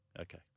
okay